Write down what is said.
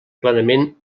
plenament